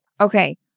Okay